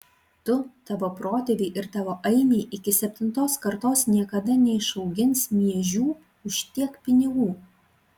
tu tavo protėviai ir tavo ainiai iki septintos kartos niekada neišaugins miežių už tiek pinigų